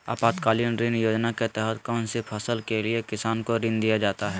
आपातकालीन ऋण योजना के तहत कौन सी फसल के लिए किसान को ऋण दीया जाता है?